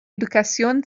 educación